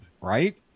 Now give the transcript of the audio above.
right